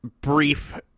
brief